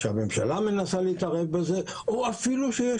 שהממשלה מנסה להתערב בזה או אפילו שיש